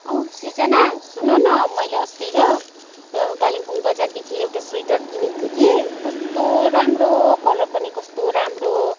औ सृजना सुन न मैले अस्ति क्या कालिम्पोङ बजारदेखि एउटा स्वेटर किनेको थिएँ कि कस्तो राम्रो कलर पनि कस्तो राम्रो